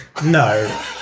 No